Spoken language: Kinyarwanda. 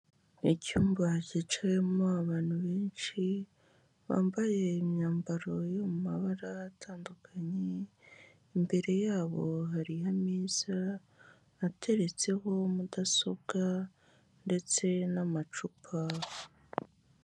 Icyumba cyicayemo abantu benshi bambaye imyambaro yo mu mabara atandukanye, imbere yabo hari ameza ateretseho mudasobwa ndetse n'amacupa.